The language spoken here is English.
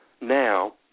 now